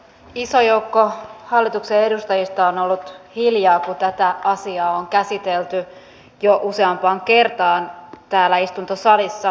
iso joukko hallituksen edustajista on ollut hiljaa kun tätä asiaa on käsitelty jo useampaan kertaan täällä istuntosalissa